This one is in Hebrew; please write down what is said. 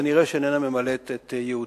כנראה היא איננה ממלאת את ייעודה.